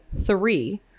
three